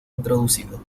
introducido